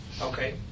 Okay